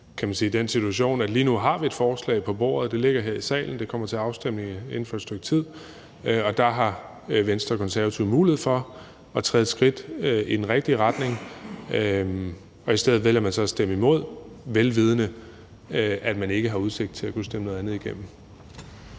jo netop den situation, at lige nu har vi et forslag på bordet. Det ligger her i salen, det kommer til afstemning inden for et stykke tid, og der har Venstre og Konservative mulighed for at træde et skridt i den rigtige retning, og i stedet vælger man så at stemme imod, vel vidende at man ikke har udsigt til at kunne stemme noget andet igennem.